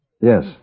Yes